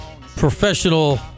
professional